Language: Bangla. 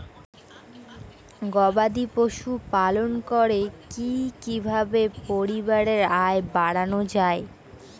গবাদি পশু পালন করে কি কিভাবে পরিবারের আয় বাড়ানো যায়?